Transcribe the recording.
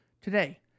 Today